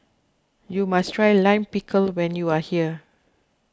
you must try Lime Pickle when you are here